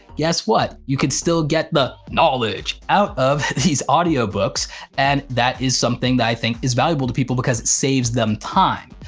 guess what, you could still get the knowledge out of these audio books and that is something that i think is valuable to people because it saves them time.